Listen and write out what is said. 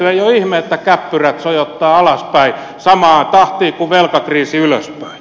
ei ole ihme että käppyrät sojottavat alaspäin samaan tahtiin kuin velkakriisi ylöspäin